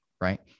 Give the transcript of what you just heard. right